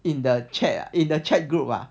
in the chat in the chat group ah